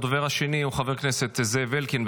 הדובר השני הוא חבר הכנסת זאב אלקין.